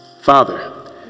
Father